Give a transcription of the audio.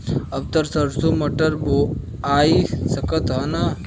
अब त सरसो मटर बोआय सकत ह न?